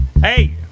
Hey